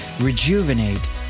rejuvenate